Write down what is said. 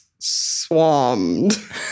Swammed